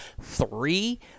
three